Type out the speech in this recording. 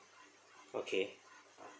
okay